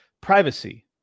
privacy